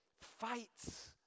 fights